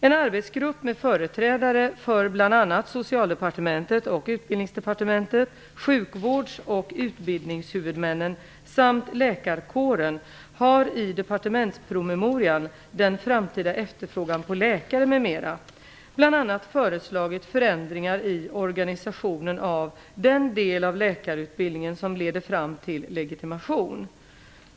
En arbetsgrupp med företrädare för bl.a. Socialdepartementet och Utbildningsdepartementet, sjukvårdsoch utbildningshuvudmännen samt läkarkåren har i departementspromemorian Den framtida efterfrågan på läkare m.m. bl.a. föreslagit förändringar i organisationen av den del av läkarutbildningen som leder fram till legitimation.